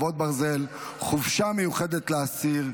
חרבות ברזל) (חופשה מיוחדת לאסיר)